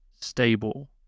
stable